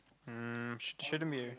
mm shouldn't be